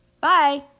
Bye